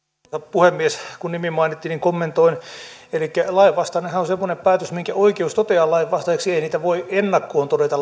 puhemies kun nimi mainittiin niin kommentoin elikkä lainvastainenhan on semmoinen päätös minkä oikeus toteaa lainvastaiseksi ei niitä voi ennakkoon todeta